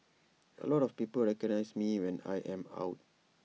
A lot of people recognise me when I am out